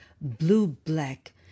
blue-black